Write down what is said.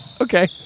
Okay